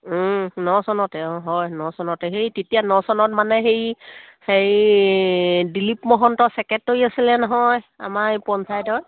ন চনতে অঁ হয় ন চনতে সেই তেতিয়া ন চনত মানে সেই হেৰি দিলীপ মহন্ত ছেক্ৰেটৰী আছিলে নহয় আমাৰ এই পঞ্চায়তৰ